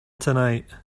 tonight